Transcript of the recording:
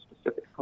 specific